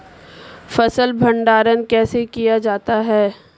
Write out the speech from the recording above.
फ़सल भंडारण कैसे किया जाता है?